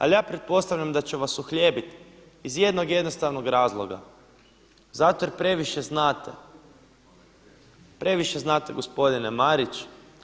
Ali ja pretpostavljam da će vas uhljebiti iz jednog jednostavnog razloga zato jer previše znate, previše znate gospodine Marić.